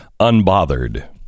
unbothered